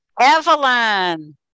Evelyn